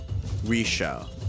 Risha